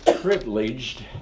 privileged